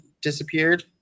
disappeared